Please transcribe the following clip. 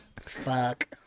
Fuck